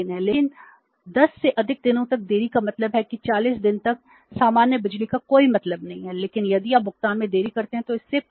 लेकिन 10 से अधिक दिनों तक देरी का मतलब है कि 40 दिनों तक सामान्य बिजली का कोई मतलब नहीं है लेकिन यदि आप भुगतान में देरी करते हैं तो इससे परे हैं